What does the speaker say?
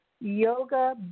yoga